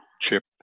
Chip